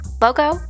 Logo